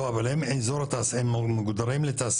לא, אבל הם מוגדרים לתעשייה?